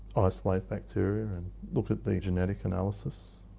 isolate bacteria and look at the genetic analysis.